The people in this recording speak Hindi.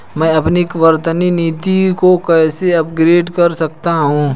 मैं अपनी वर्तमान नीति को कैसे अपग्रेड कर सकता हूँ?